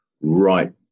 right